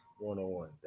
one-on-one